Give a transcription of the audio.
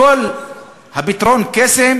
פתרון הקסם